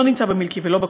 לא נמצא במילקי ולא בקוטג'